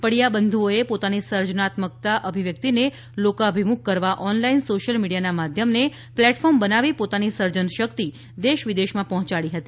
પડિયાબંધુઓએ પોતાની સર્જનાત્મકતા અભિવ્યક્તને લોકાભિમુખ કરવા ઓનલાઈન સોશિયલ મીડીયા ના માધ્યમને પ્લેટફોર્મ બનાવી પોતાના સર્જનશક્તિ દેશ વિદેશમાં પહોંચાડી હતી